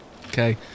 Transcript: Okay